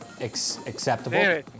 Acceptable